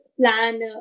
plan